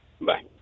Bye